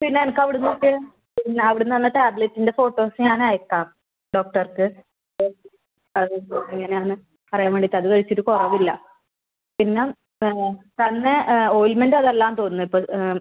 പിന്നെ എനിക്ക് അവിടുന്ന് കിട്ടിയ പിന്നെ അവിടുന്ന് തന്ന ടാബ്ലറ്റിൻ്റെ ഫോട്ടോസ് ഞാൻ അയക്കാം ഡോക്ടർക്ക് ഓയിൻമെൻറ്റ് അതും എങ്ങനെ ആണ് അറിയാൻ വേണ്ടീട്ട് അത് കഴിച്ചിട്ട് കുറവ് ഇല്ല പിന്നെ തന്ന ഓയിൻമെൻറ്റ് അത് അല്ലായെന്ന് തോന്നുന്നു ഇപ്പോൾ